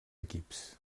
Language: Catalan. equips